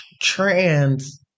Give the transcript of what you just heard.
trans